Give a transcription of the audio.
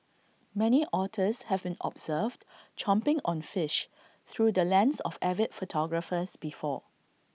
many otters have been observed chomping on fish through the lens of avid photographers before